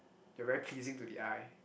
they are very pleasing to the eye